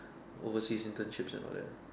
overseas internship and all that